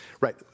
Right